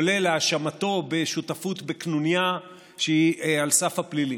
כולל האשמתו בשותפות בקנוניה שהיא על סף הפלילית.